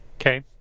Okay